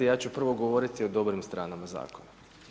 Ja ću prvo govoriti o dobrim stranama zakona.